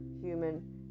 human